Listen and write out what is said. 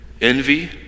Envy